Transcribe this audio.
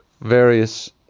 various